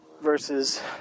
versus